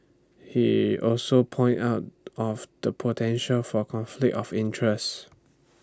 he also pointed out off the potential for conflict of interest